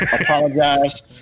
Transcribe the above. apologize